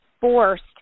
forced